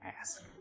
ask